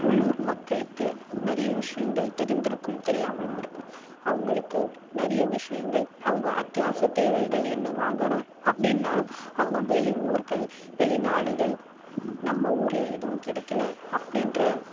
உள்ளூர் மக்களுக்கு நிறைய விஷயங்கள் தெரிந்திருக்கும் தெரியாமலும் இருக்கும் அவங்களுக்கு நிறைய விஷயங்கள் அவங்க அத்தியாவசிய தேவைகள் என்ன வாங்கணும் அப்படினாலும் அவங்க வெளி ஊர்கள் வெளி நாடுகள் நம்ம ஊரில் எதுவும் கிடைக்கல அப்படின்ற